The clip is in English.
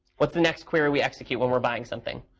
what's the next query we execute when we're buying something?